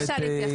לבדוק,